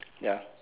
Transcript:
ya